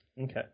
Okay